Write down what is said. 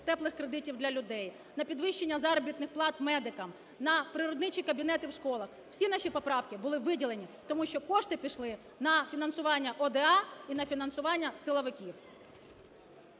"теплих кредитів" для людей, на підвищення заробітних плат медикам, на природничі кабінети в школах, всі наші поправки були видалені, тому що кошти пішли на фінансування ОДА і на фінансування силовиків.